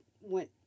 went